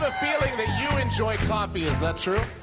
but feeling that you enjoy coffee s that true?